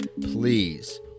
please